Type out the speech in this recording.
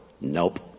Nope